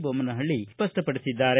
ಬೊಮ್ಮನಹಳ್ಳಿ ಸ್ಪಷ್ಟಪಡಿಸಿದ್ದಾರೆ